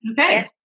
Okay